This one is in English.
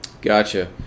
Gotcha